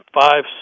five